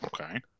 Okay